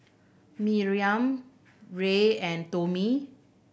Miriam Ray and Tommie